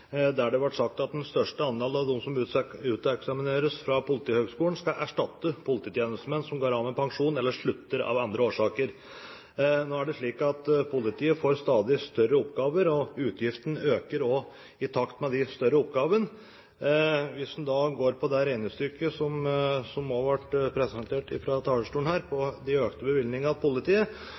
der det ble sagt at den største andelen av dem som uteksamineres fra Politihøgskolen, skal erstatte polititjenestemenn som går av med pensjon eller slutter av andre årsaker. Nå er det slik at politiet får stadig større oppgaver, og utgiftene øker i takt med de større oppgavene. Hvis en ser på det regnestykket som også ble presentert fra talerstolen, over de økte bevilgningene til politiet,